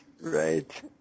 right